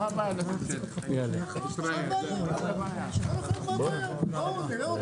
הישיבה ננעלה בשעה 10:05.